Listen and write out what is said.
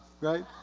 right